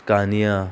Kania